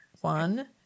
One